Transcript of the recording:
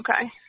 Okay